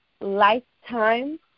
lifetime